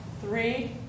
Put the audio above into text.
three